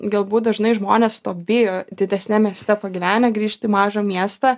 galbūt dažnai žmonės to bijo didesniam mieste pagyvenę grįžt į mažą miestą